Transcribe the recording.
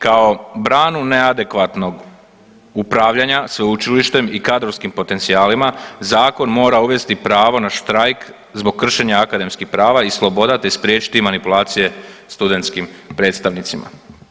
Kao branu neadekvatnog upravljanja sveučilištem i kadrovskim potencijalima zakon mora uvesti pravo na štrajk zbog kršenja akademskih prava i sloboda, te spriječiti manipulacije studentskim predstavnicima.